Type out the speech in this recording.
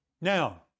Now